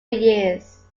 years